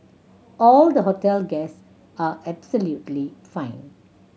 all the hotel guests are absolutely fine